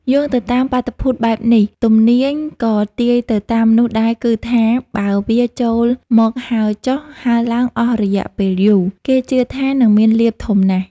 យោលទៅតាមបាតុភូតបែបនេះ ទំនាយក៏ទាយទៅតាមនោះដែរគឺថា បើវាចូលមកហើរចុះ ហើរឡើងអស់រយៈពេលយូរ គេជឿថានិងមានលាភធំណាស់។